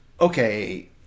okay